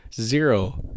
Zero